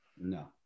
No